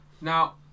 Now